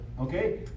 Okay